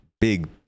big